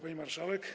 Pani Marszałek!